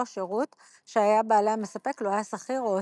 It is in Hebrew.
שירות שהיה בעליה מספק לו היה שכיר או עוסק.